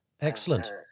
Excellent